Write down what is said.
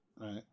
right